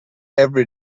every